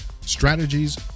strategies